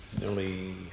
Nearly